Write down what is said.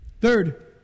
Third